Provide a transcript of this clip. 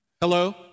Hello